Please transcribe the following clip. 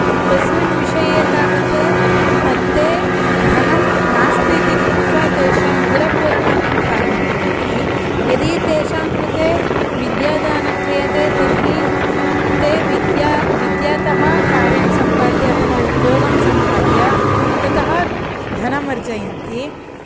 तस्मिन् विषये तावत् ते धनं नास्ति इति कृत्वा तेषां उदरपूरणार्थं कार्यं कुर्वन्ति यदि तेषां कृते विद्यादानं क्रियते तर्हि ते विद्या विद्यातः कार्यं सम्पाद्य अथवा उद्योगं सम्पाद्य ततः धनम् अर्जयन्ति